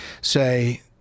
say –